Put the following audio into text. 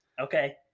Okay